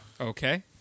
Okay